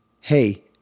hey